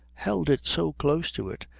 held it so close to it,